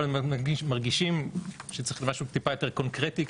אבל מרגישים שצריך משהו טיפה יותר קונקרטי,